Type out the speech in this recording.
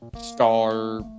star